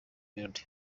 meddy